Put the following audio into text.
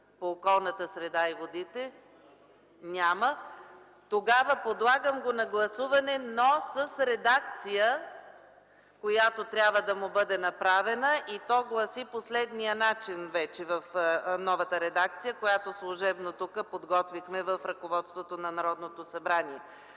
по околната среда и водите. Няма. Подлагам го на гласуване, но с редакция, която трябва да му бъде направена, и гласи по следния начин, вече в новата редакция, която служебно подготвихме тук в ръководството на Народното събрание: